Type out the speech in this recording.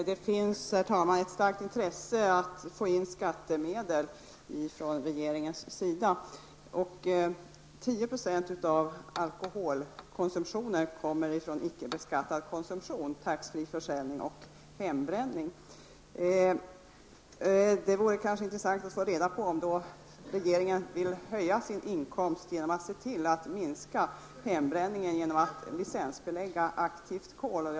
Herr talman! Det finns ett starkt intresse från regeringens sida att få in skattemedel. 10 % av alkoholkonsumtionen kommer från icke beskattad konsumtion, såsom tax-free-försäljning och hembränning. Det vore intressant att få reda på om regeringen vill höja sin inkomst genom att licensbelägga aktivt kol och därmed minska hembränningen.